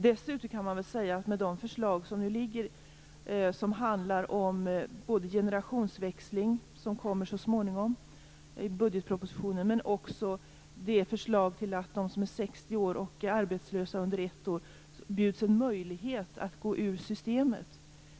Dessutom kan man säga att man med de förslag som nu föreligger och som handlar om generationsväxling, vilket det kommer förslag om så småningom i budgetpropositionen, och också om att de som är 60 år och har varit arbetslösa under ett år erbjuds en möjlighet att gå ur systemet.